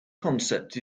concept